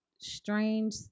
strange